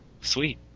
sweet